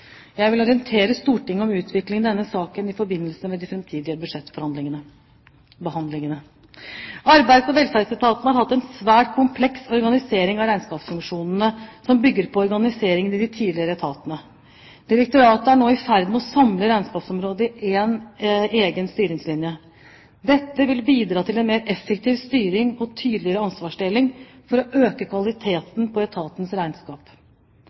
Jeg vil orientere Stortinget om utviklingen i denne saken i forbindelse med de framtidige budsjettbehandlingene. Arbeids- og velferdsetaten har hatt en svært kompleks organisering av regnskapsfunksjonene som bygger på organiseringen i de tidligere etatene. Direktoratet er nå i ferd med å samle regnskapsområdet i en egen styringslinje. Dette vil bidra til en mer effektiv styring og en tydeligere ansvarsdeling for å øke kvaliteten på etatens regnskap.